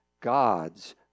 God's